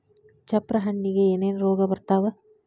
ಚಪ್ರ ಹಣ್ಣಿಗೆ ಏನೇನ್ ರೋಗ ಬರ್ತಾವ?